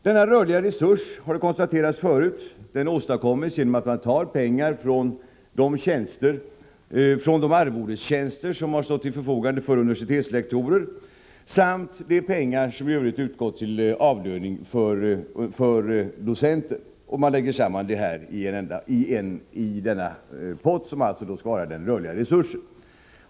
Den rörliga resursen åstadkommes, som har konstaterats förut, genom att man tar medel från de arvodestjänster som stått till förfogande för universitetslektorer samt de medel som i övrigt utgått som lön till docenter. Man lägger samman dessa medel i en pott, som alltså skall vara den rörliga resursen.